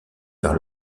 par